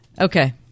Okay